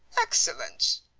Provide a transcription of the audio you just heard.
excellent!